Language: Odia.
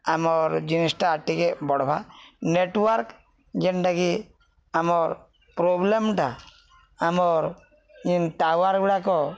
ଆମର୍ ଜିନିଷ୍ଟା ଟିକେ ବଢ୍ବା ନେଟୱାର୍କ ଯେନ୍ଟା କି ଆମର୍ ପ୍ରୋବ୍ଲେମଟା ଆମର୍ ଯେନ୍ ଟାୱାର ଗୁଡ଼ାକ